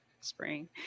spring